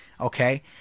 okay